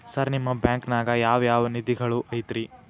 Sir ನಿಮ್ಮ ಬ್ಯಾಂಕನಾಗ ಯಾವ್ ಯಾವ ನಿಧಿಗಳು ಐತ್ರಿ?